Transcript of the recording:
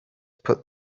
put